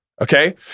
okay